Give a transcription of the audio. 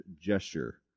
gesture